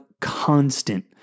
constant